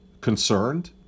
concerned